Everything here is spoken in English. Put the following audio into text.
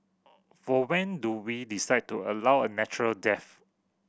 for when do we decide to allow a natural death